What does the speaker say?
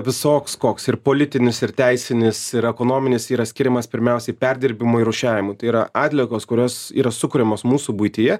visoks koks ir politinis ir teisinis ir ekonominis yra skiriamas pirmiausiai perdirbimui rūšiavimui tai yra atliekos kurios yra sukuriamos mūsų buityje